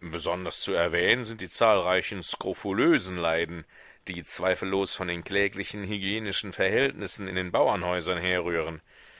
besonders zu erwähnen sind die zahlreichen skrofulösen leiden die zweifellos von den kläglichen hygienischen verhältnissen in den bauernhäusern herrühren